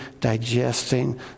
digesting